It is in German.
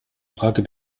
frage